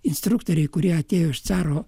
instruktoriai kurie atėjo iš caro